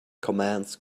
commands